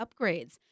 upgrades